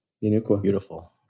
Beautiful